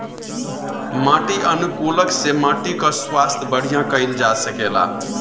माटी अनुकूलक से माटी कअ स्वास्थ्य बढ़िया कइल जा सकेला